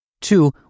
Two